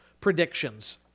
predictions